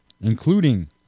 including